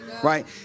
right